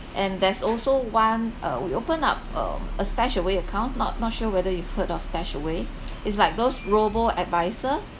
and there's also one uh we open up um a StashAway account not not sure whether you've heard of StashAway it's like those Robo-advisor